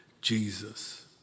Jesus